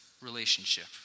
relationship